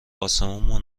آسمون